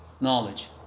knowledge